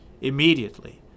Immediately